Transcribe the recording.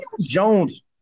Jones